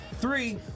Three